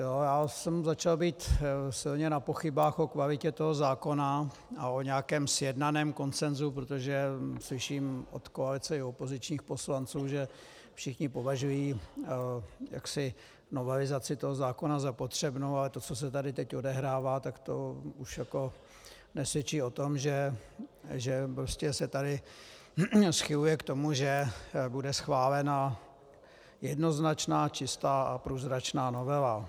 Já jsem začal být silně na pochybách o kvalitě toho zákona a o nějakém sjednaném konsensu, protože slyším od koalice i od opozičních poslanců, že všichni považují jaksi novelizaci toho zákona za potřebnou, ale to, co se tady teď odehrává, tak to už jako nesvědčí o tom, že prostě se tady schyluje k tomu, že bude schválena jednoznačná čistá a průzračná novela.